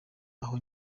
aho